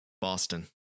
Boston